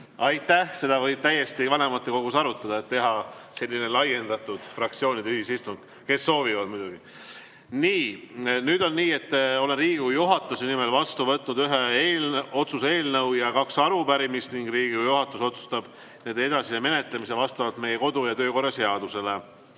Aitäh! Seda võib vanematekogus täiesti arutada, et teha selline laiendatud fraktsioonide ühisistung [neile], kes soovivad muidugi. Nii. Nüüd on nii, et olen Riigikogu juhatuse nimel vastu võtnud ühe otsuse eelnõu ja kaks arupärimist ning Riigikogu juhatus otsustab nende edasise menetlemise vastavalt meie kodu- ja töökorra seadusele.